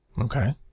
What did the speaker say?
Okay